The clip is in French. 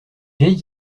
vieille